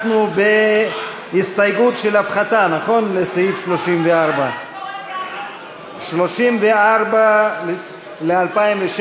אנחנו בהסתייגות של הפחתה לסעיף 34. סעיף 34 ל-2016,